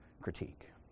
critique